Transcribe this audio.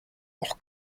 auch